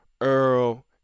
Earl